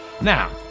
Now